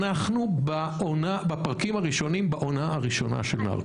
אנחנו בפרקים הראשונים בעונה הראשונה של נרקוס.